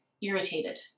irritated